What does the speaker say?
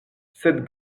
sed